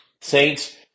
Saints